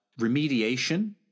remediation